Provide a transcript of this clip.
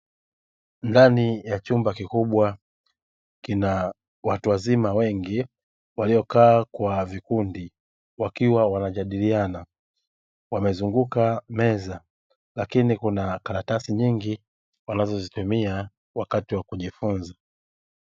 Ndani ya chumba kikubwa kina watu wazima wengi waliokaa kwa vikundi wakiwa wanajadiliana, wamezunguka meza lakini kuna karatasi nyingi wanazozitumia wakati wa kujifunza.